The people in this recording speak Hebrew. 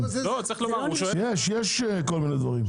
יש כל מיני דברים.